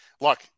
look